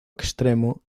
extremo